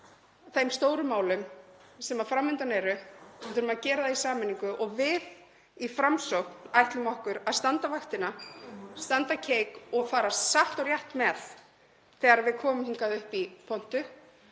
þeim stóru málum sem fram undan eru. Við þurfum að gera það í sameiningu og við í Framsókn ætlum okkur að standa vaktina, standa keik og fara satt og rétt með þegar við komum hingað upp í pontu